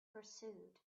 pursuit